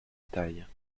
taille